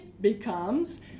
becomes